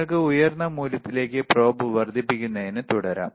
നിങ്ങൾക്ക് ഉയർന്ന മൂല്യങ്ങളിലേക്ക് probe വർദ്ധിപ്പിക്കുന്നത് തുടരാം